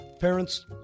parents